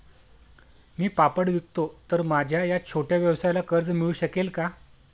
मी पापड विकतो तर माझ्या या छोट्या व्यवसायाला कर्ज मिळू शकेल का?